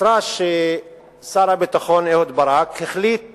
בישרה ששר הביטחון אהוד ברק החליט